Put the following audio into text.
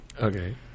Okay